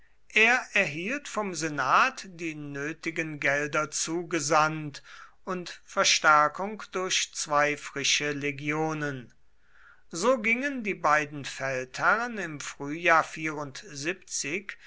er erhielt vom senat die nötigen gelder zugesandt und verstärkung durch zwei frische legionen so gingen die beiden feldherren im frühjahr